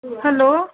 hello